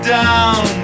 down